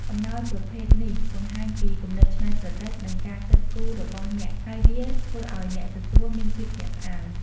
អំណោយប្រភេទនេះបង្ហាញពីគំនិតច្នៃប្រឌិត និងការគិតគូររបស់អ្នក ហើយវាធ្វើឱ្យអ្នកទទួលមានភាពភ្ញាក់ផ្អើល។